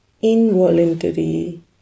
involuntary